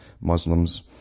Muslims